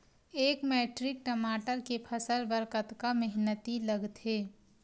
एक मैट्रिक टमाटर के फसल बर कतका मेहनती लगथे?